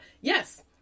Yes